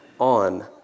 on